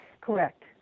Correct